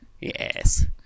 Yes